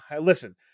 Listen